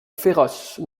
féroce